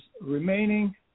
remaining